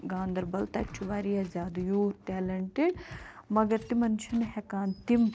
گاندَربَل تَتہِ چھُ واریاہ زیادٕ یوٗتھ ٹیلیٚنٹِڈ مگر تِمَن چھِنہٕ ہیٚکان تِم